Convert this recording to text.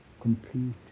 complete